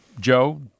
Joe